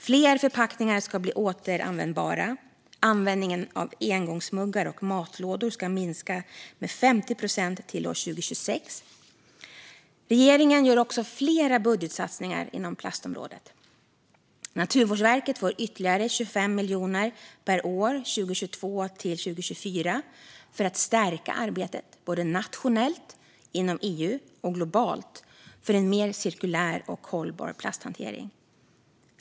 Fler förpackningar ska också bli återanvändbara, och användningen av engångsmuggar och matlådor ska minska med 50 procent till år 2026. Regeringen gör också flera budgetsatsningar inom plastområdet. Naturvårdsverket får ytterligare 25 miljoner per år 2022-2024 för att både nationellt, inom EU och globalt stärka arbetet för en mer cirkulär och hållbar plasthantering.